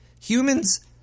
humans